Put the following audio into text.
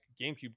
GameCube